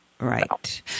Right